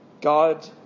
God